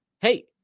hey